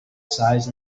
size